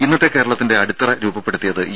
ഇന്നത്തെ കേരളത്തിന്റെ അടിത്തറ രൂപപ്പെടുത്തിയത് ഇ